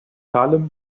salem